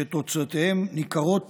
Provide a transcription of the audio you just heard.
שתוצאותיהם ניכרות